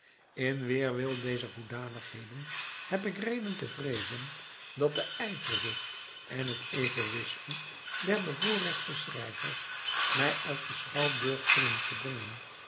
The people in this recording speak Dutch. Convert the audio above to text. in weerwil dezer hoedanigheden heb ik reden te vreezen dat de ijverzucht en het egoïsme der bevoorrechte schrijvers mij uit den schouwburg zullen verdringen